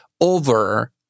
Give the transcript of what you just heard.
over